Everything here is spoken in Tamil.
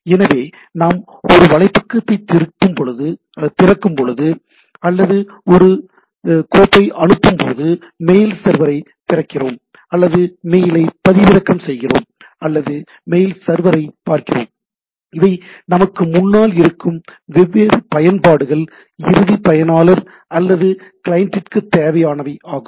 எனவே நாம் ஒரு வலைப்பக்கத்தைத் திறக்கும் போது அல்லது ஒரு கோப்பை அனுப்பும்போது மெயில் சர்வரை திறக்கிறோம் அல்லது மெயிலை பதிவிறக்கம் செய்கிறோம் அல்லது மெயில் சர்வரை பார்க்கிறோம் இவை நமக்கு முன்னால் இருக்கும் வெவ்வேறு பயன்பாடுகள் இறுதி பயனாளர் அல்லது கிளையண்டிற்கு தேவையானவை ஆகும்